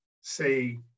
say